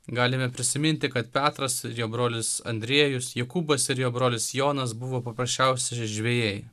galime prisiminti kad petras ir jo brolis andriejus jokūbas ir jo brolis jonas buvo paprasčiausi žvejai